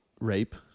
rape